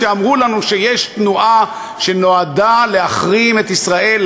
כשאמרו לנו שיש תנועה שנועדה להחרים את ישראל,